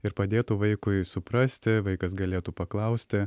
ir padėtų vaikui suprasti vaikas galėtų paklausti